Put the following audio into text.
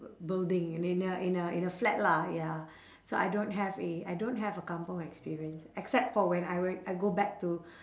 building in a in a in a flat lah ya so I don't have a I don't have a kampung experience except for when I went I go back to